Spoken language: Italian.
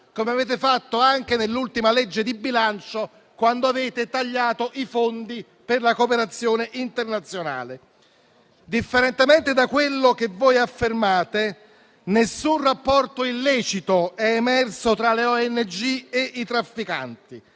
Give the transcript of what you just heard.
come avete fatto anche nell'ultima legge di bilancio quando avete tagliato i fondi per la cooperazione internazionale. Differentemente da quello che voi affermate, nessun rapporto illecito è emerso tra le ONG e i trafficanti: